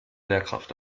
lehrkraft